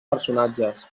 personatges